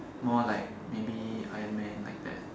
more like maybe iron man like that